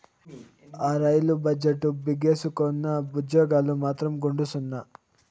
ఆ, rail budget భేసుగ్గున్నా, ఉజ్జోగాలు మాత్రం గుండుసున్నా